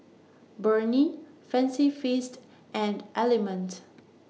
Burnie Fancy Feast and Element